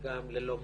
גם ללא מורא.